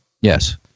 Yes